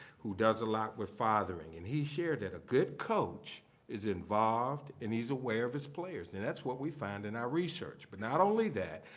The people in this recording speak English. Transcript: who does a lot with fathering, and he shared that a good coach is involved and he's aware of his players. and that's what we find in our research. but not only that,